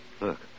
Look